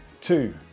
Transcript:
two